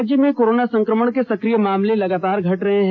राज्य में कोरोना संक्रमण के सक्रिय मामले लगातार घट रहे हैं